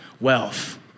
wealth